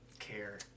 care